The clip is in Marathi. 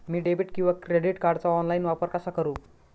मी डेबिट किंवा क्रेडिट कार्डचा ऑनलाइन वापर कसा करु?